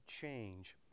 change